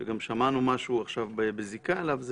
שגם שמענו משהו עכשיו בזיקה אליו, הוא